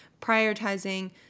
prioritizing